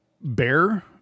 bear